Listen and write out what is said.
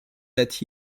that